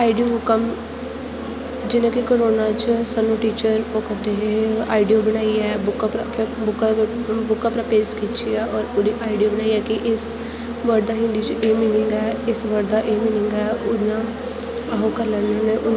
audio बुक्कां जियां कि कोरोना च सानूं टीचर ओह् करदे हे आडियो बनाइयै बुक्कां उप्परा फिर बुक्कां पर बुक्का परां पेज खिच्चियै और ओहदी आडियो बनाइयै कि इस बर्ड दा हिंदी च एह् मीनिंग ऐ इस बर्ड दा एह् मीनिंग ऐ उ'आं अह् ओह् करी लैन्ने होन्ने उ'आं गै पढ़दे ऐ